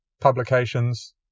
publications